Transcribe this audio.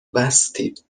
بستید